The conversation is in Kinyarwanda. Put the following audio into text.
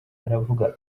aravuga